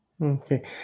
Okay